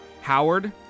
Howard